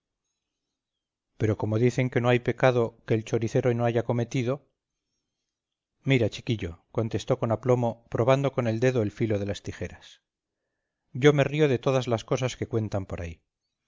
pero como dicen que no hay pecado que el choricero no haya cometido mira chiquillo contestó con aplomo probando con el dedo el filo de las tijeras yo me río de todas las cosas que cuentan por ahí